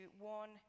warn